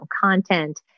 content